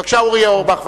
בבקשה, אורי אורבך.